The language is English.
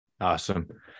Awesome